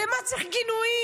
למה צריך גינויים?